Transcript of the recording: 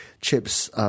chips